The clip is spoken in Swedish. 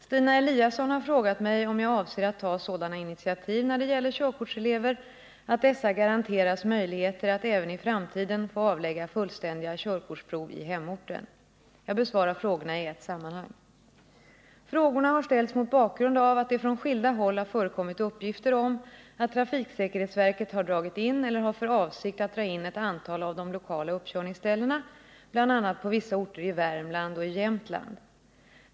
Stina Eliasson har frågat mig om jag avser att ta sådana initiativ när det gäller körkortselever, att dessa garanteras möjligheter att även i framtiden få avlägga fullständiga körkortsprov i hemorten. Jag besvarar frågorna i ett sammanhang. Frågorna har ställts mot bakgrund av att det från skilda håll har förekommit uppgifter om att trafiksäkerhetsverket har dragit in eller har för avsikt att dra in ett antal av de lokala uppkörningsställena, bl.a. på vissa orter i Värmland och i Jämtland.